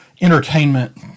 entertainment